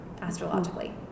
astrologically